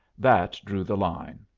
that drew the line.